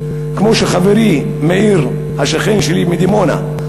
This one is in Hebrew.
כמו שחברי מאיר השכן שלי מדימונה,